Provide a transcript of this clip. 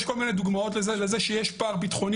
"המצב הביטחוני